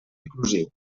inclusiu